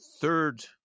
third